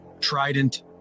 Trident